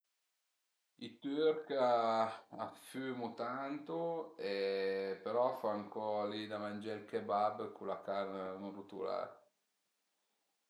I türch a fümu tantu, però a fan co li da mangé ël kebab cun la carn ënrutulà